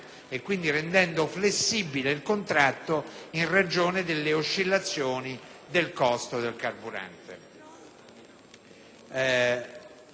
in tal modo flessibile il contratto in ragione delle oscillazioni del costo del carburante.